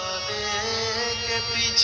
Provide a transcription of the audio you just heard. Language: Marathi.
कृषी बाजारात कांद्याचे भाव अतिशय उतरले आहेत